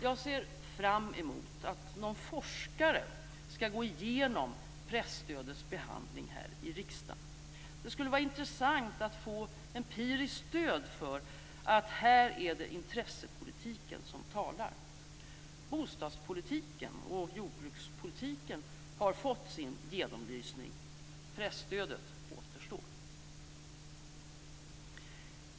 Jag ser fram emot att någon forskare skall gå igenom presstödets behandling här i riksdagen. Det skulle vara intressant att få empiriskt stöd för att det här är intressepolitiken som talar. Bostadspolitiken och jordbrukspolitiken har fått sin genomlysning; presstödet återstår.